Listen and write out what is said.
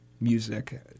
music